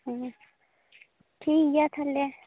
ᱴᱷᱤᱠ ᱜᱮᱭᱟ ᱛᱟᱦᱚᱞᱮ